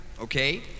okay